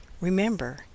Remember